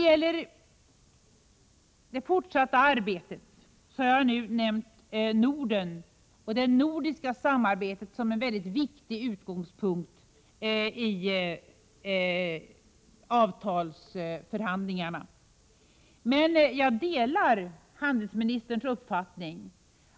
I det fortsatta arbetet har jag nämnt Norden och det nordiska samarbetet som en mycket viktig utgångspunkt i förhandlingarna. Jag delar utrikeshandelsministerns uppfattning